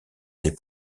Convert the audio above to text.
des